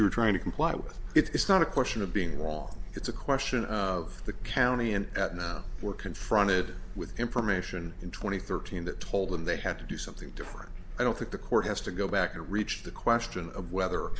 you're trying to comply with it's not a question of being wrong it's a question of the county and at now we're confronted with information in two thousand and thirteen that told them they had to do something different i don't think the court has to go back to reach the question of whether